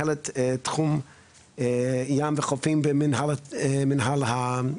מנהלת תחום ים וחופים במנהל התכנון.